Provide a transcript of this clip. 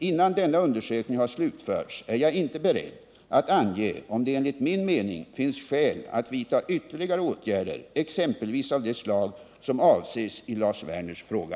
Innan denna undersökning har slutförts är jag inte beredd att ange, om det enligt min mening finns skäl att vidta ytterligare åtgärder exempelvis av det slag som avses i Lars Werners fråga.